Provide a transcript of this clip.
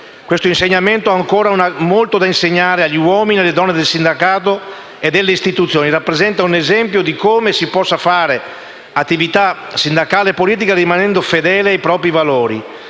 Questo insegnamento è ancora molto valido per gli uomini e le donne del sindacato e delle istituzioni, rappresenta un esempio di come si possa fare attività sindacale e politica rimanendo fedele ai propri valori,